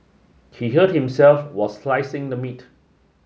he hurt himself while slicing the meat